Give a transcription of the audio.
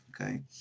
Okay